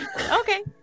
Okay